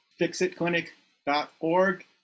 fixitclinic.org